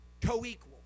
co-equal